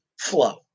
flow